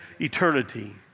eternity